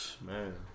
Man